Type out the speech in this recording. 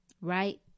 Right